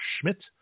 Schmidt